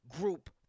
group